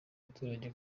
abaturage